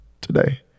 today